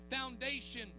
foundation